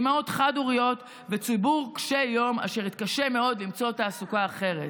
אימהות חד-הוריות וציבור קשה יום אשר יתקשה מאוד למצוא תעסוקה אחרת.